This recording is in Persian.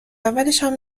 اولشم